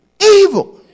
evil